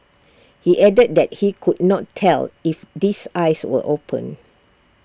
he added that he could not tell if this eyes were open